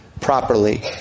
properly